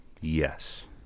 Yes